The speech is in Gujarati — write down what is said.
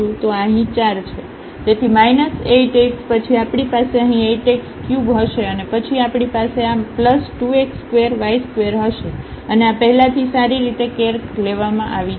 તો અહીં આ 4 છે તેથી 8 x પછી આપણી પાસે અહીં 8 x3 હશે અને પછી આપણી પાસે આ 2 x2y2 હશે અને આ પહેલાથી સારી રીતે કેર લેવામાં આવી છે